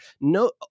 No